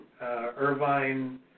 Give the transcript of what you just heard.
Irvine